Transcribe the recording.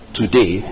today